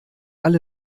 alle